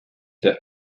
the